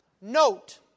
Note